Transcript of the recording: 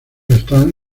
están